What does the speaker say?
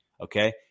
Okay